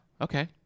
okay